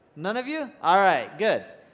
none of you? all right, good.